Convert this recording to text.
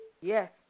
Yes